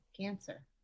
Cancer